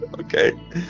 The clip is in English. Okay